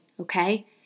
okay